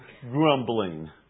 grumbling